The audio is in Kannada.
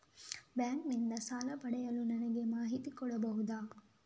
ಬ್ಯಾಂಕ್ ನಿಂದ ಸಾಲ ಪಡೆಯಲು ನನಗೆ ಮಾಹಿತಿ ಕೊಡಬಹುದ?